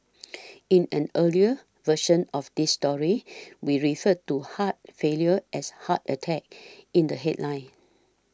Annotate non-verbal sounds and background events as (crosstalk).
in an earlier version of this story (noise) we referred to heart failure as heart attack in the headline